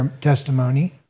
testimony